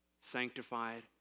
sanctified